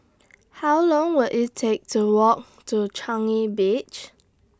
How Long Will IT Take to Walk to Changi Beach